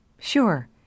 Sure